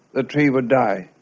ah tree would die.